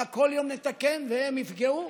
מה, כל יום נתקן והם יפגעו?